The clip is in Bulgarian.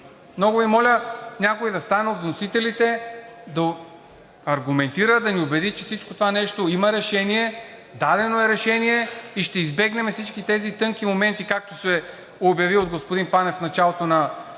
Много Ви моля някой да стане от вносителите, да аргументира, да ни убеди, че всичко това нещо има решение, дадено е решение и ще избегнем всички тези тънки моменти, както се обяви от господин Панев в началото на